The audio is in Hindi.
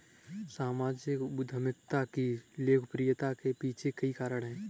सामाजिक उद्यमिता की लोकप्रियता के पीछे कई कारण है